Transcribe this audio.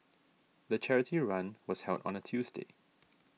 the charity run was held on a Tuesday